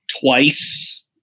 twice